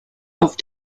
auf